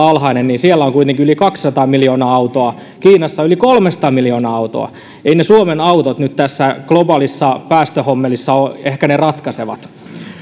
alhainen on kuitenkin yli kaksisataa miljoonaa autoa kiinassa on yli kolmesataa miljoonaa autoa eivät ne suomen autot nyt tässä globaalissa päästöhommelissa ole ehkä ne ratkaisevat